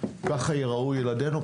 ככה יראו ילדינו,